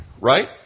right